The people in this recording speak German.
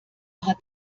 hat